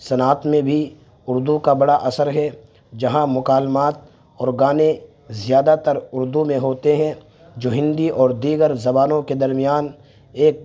صنعت میں بھی اردو کا بڑا اثر ہے جہاں مکالمات اور گانے زیادہ تر اردو میں ہوتے ہیں جو ہندی اور دیگر زبانوں کے درمیان ایک